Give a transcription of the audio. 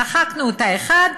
ומחקנו את ה-(1),